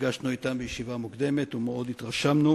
נפגשנו אתם בישיבה מוקדמת ומאוד התרשמנו